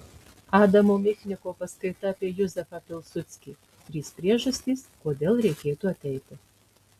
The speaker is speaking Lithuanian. adamo michniko paskaita apie juzefą pilsudskį trys priežastys kodėl reikėtų ateiti